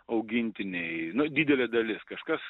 augintiniai nu didelė dalis kažkas